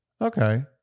Okay